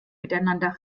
miteinander